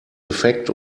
defekt